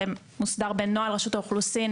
זה מסודר בנוהל רשות האוכלוסין,